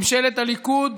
ממשלת הליכוד,